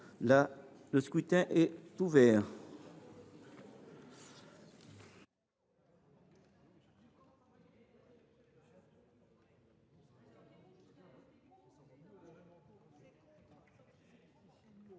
Le scrutin est ouvert.